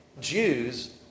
Jews